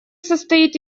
состоит